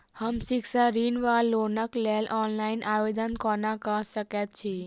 हम शिक्षा ऋण वा लोनक लेल ऑनलाइन आवेदन कोना कऽ सकैत छी?